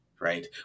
Right